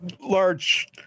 large